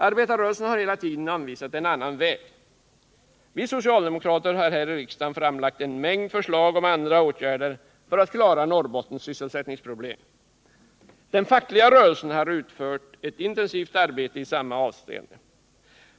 Arbetarrörelsen har hela tiden anvisat en annan väg. Vi socialdemokrater har här i riksdagen framlagt en mängd förslag om andra åtgärder för att klara Norrbottens sysselsättningsproblem. Den fackliga rörelsen har utfört ett intensivt arbete i samma avseende.